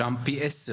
שם יש אלימות פי עשר.